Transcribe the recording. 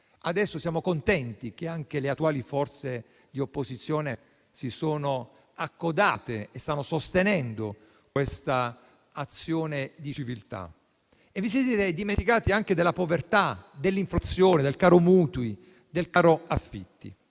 Adesso siamo contenti che anche le attuali forze di opposizione si siano accodate e stiano sostenendo quest'azione di civiltà. Vi siete dimenticati altresì della povertà, dell'inflazione, del caro mutui e del caro affitti.